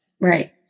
Right